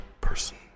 person